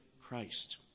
Christ